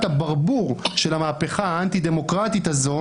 הברבור של המהפכה האנטי דמוקרטית הזאת,